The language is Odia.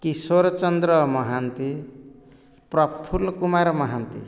କିଶୋର ଚନ୍ଦ୍ର ମହାନ୍ତି ପ୍ରଫୁଲ କୁମାର ମହାନ୍ତି